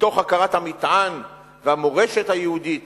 מתוך הכרת המטען והמורשת היהודית